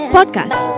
Podcast